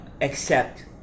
accept